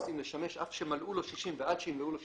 נוסעים לשמש אף שמלאו לו 60 ועד שימלאו לו 65,